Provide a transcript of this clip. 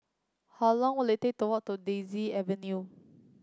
how long will it take to walk to Daisy Avenue